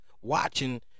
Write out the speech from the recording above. watching